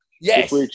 Yes